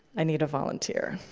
i need a volunteer.